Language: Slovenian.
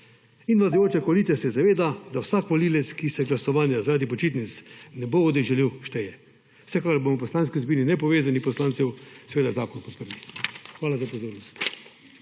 In vladajoča koalicija se zaveda, da vsak volivec, ki se glasovanja zaradi počitnic ne bo udeležil, šteje. Vsekakor bomo v Poslanski skupini Nepovezanih poslancev seveda zakon podprli. Hvala za pozornost.